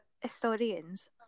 historians